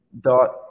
dot